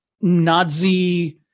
Nazi